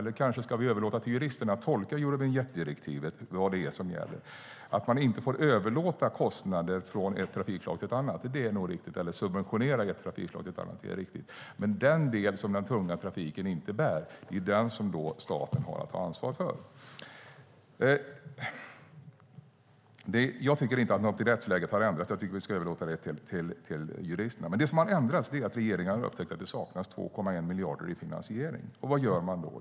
Vi kanske ska överlåta till juristerna att tolka Eurovinjettdirektivet och vad det är som gäller. Att man inte får överlåta kostnader från ett trafikslag till ett annat är nog riktigt, eller subventionera ett trafikslag till ett annat. Men den del som den tunga trafiken inte bär är den som då staten har att ta ansvar för. Jag tycker inte att något i rättsläget har ändrats. Jag tycker att vi ska överlåta det till juristerna. Men det som har ändrats är att regeringen har upptäckt att det saknas 2,1 miljard i finansiering. Vad gör man då?